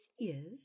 ears